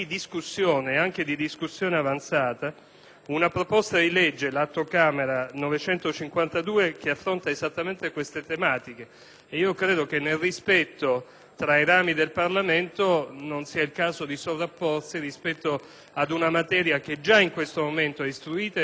una proposta di legge, Atto Camera n. 952, che affronta esattamente tali tematiche. Credo che nel rispetto necessario tra i due rami del Parlamento non sia il caso di sovrapporsi ad una materia che già in questo momento è istruita ed approfondita presso la Camera di deputati.